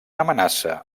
amenaça